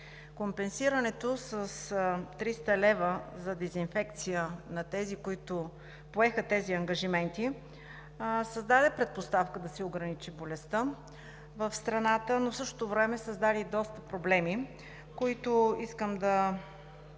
Компенсирането с 300 лева за дезинфекция на тези, които поеха ангажиментите, създаде предпоставка да се ограничи болестта в страната, но в същото време създаде и доста проблеми, които искам с